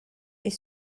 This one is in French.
est